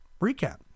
recap